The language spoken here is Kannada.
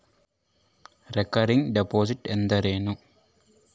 ರಿಕರಿಂಗ್ ಡಿಪಾಸಿಟ್ ಅಂದರೇನು?